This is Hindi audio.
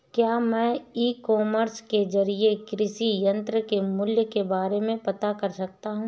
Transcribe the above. क्या मैं ई कॉमर्स के ज़रिए कृषि यंत्र के मूल्य के बारे में पता कर सकता हूँ?